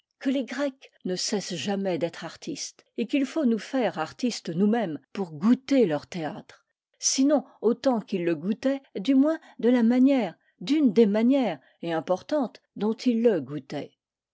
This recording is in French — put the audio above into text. que les grecs ne cessent jamais d'être artistes et qu'il faut nous faire artistes nous-mêmes pour goûter leur théâtre sinon autant qu'ils le goûtaient du moins de la manière d'une des manières et importante dont ils le goûtaient